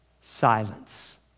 Silence